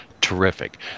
Terrific